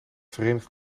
verenigd